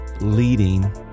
leading